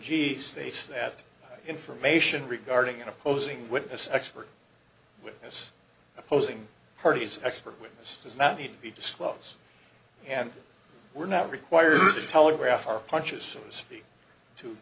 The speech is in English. s states that information regarding an opposing witness expert witness opposing parties expert witness does not need to disclose and we're not required to telegraph our punches so speak to